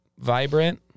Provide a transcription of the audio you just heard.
vibrant